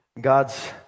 God's